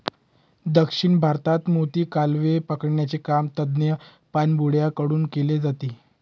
दक्षिण भारतात मोती, कालवे पकडण्याचे काम तज्ञ पाणबुड्या कडून केले जाते